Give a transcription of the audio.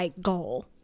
goal